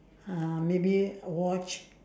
uh maybe watch